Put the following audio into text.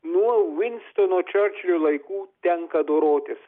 nuo vinstono čerčilio laikų tenka dorotis